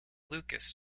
lucas